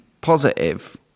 positive